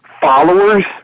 Followers